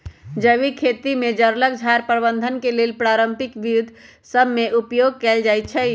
जैविक खेती में जङगल झार प्रबंधन के लेल पारंपरिक विद्ध सभ में उपयोग कएल जाइ छइ